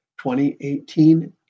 2018